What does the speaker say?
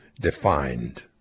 defined